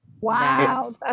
Wow